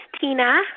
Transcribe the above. Tina